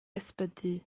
ysbyty